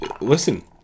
listen